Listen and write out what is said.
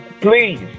please